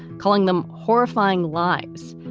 calling them horrifying lines.